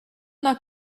not